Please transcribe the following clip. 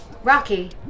Rocky